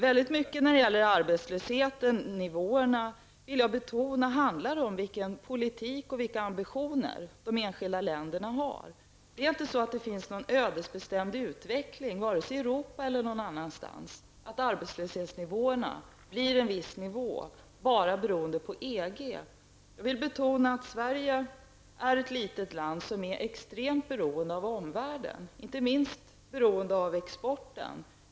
Väldigt mycket när det gäller arbetslöshetsnivåerna handlar om, vill jag betona, vilken politik och vilka ambitioner de enskilda länderna har. Det finns inte någon ödesbestämd utveckling -- vare sig i Europa eller någon annanstans -- som innebär att arbetslösheten kommer att ligga på en viss nivå bara beroende på om man är medlem i EG eller inte. Jag vill betona att Sverige är ett litet land som är extremt beroende av omvärlden, inte minst beroende av exporten.